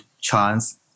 chance